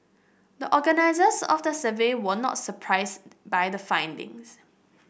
the organisers of the survey were not surprised by the findings